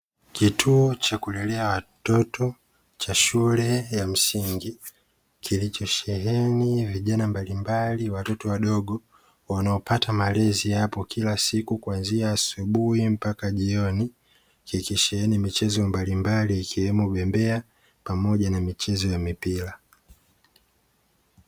Kituo cha kulelea watoto cha shule ya msingi kilichosheheni vijana mbalimbali, watoto wadogo wanaopata malezi kila siku kwanzia asubuhi mpaka jioni, ikisheheni michezo mbalimbali ikiwemo bembea pamoja na michezo ya mipira.